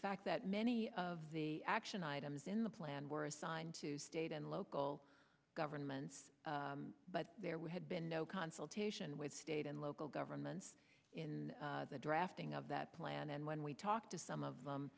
fact that many of the action items in the plan were assigned to state and local governments but there would have been no consultation with state and local governments in the drafting of that plan and when we talk to some of